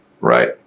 Right